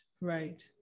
Right